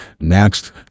Next